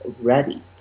ready